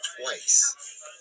twice